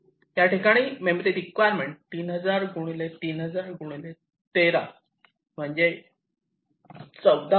या ठिकाणी memory requirement 3000 3000 13 म्हणजे 14